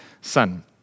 son